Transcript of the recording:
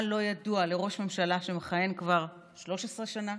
מה לא ידוע לראש ממשלה שמכהן כבר 13 שנה,